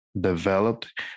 developed